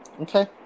Okay